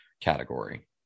category